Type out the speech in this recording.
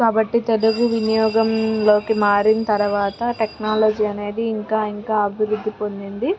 కాబట్టి తెలుగు వినియోగంలోకి మారిన తర్వాత టెక్నాలజీ అనేది ఇంకా ఇంకా అభివృద్ధి పొందింది